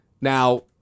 Now